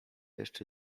jeszcze